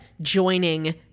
joining